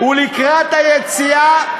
ולקראת היציאה,